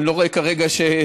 אני לא רואה כרגע שלממשלה,